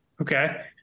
Okay